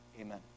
Amen